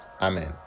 Amen